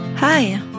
Hi